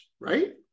right